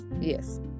yes